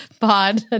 Pod